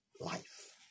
life